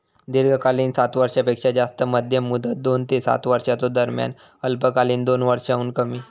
दीर्घकालीन सात वर्षांपेक्षो जास्त, मध्यम मुदत दोन ते सात वर्षांच्यो दरम्यान, अल्पकालीन दोन वर्षांहुन कमी